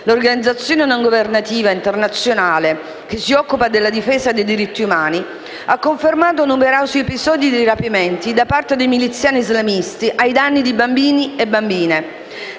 l'organizzazione non governativa internazionale che si occupa della difesa dei diritti umani, ha confermato numerosi episodi di rapimento da parte dei miliziani islamisti ai danni di bambini e bambine.